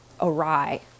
awry